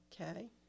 Okay